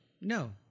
No